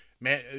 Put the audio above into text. man